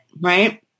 right